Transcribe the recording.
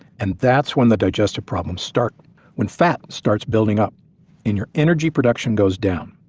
and that's when the digestive problems start when fat starts building up and your energy production goes down.